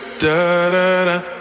Da-da-da